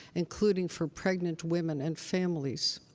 including for pregnant women and families.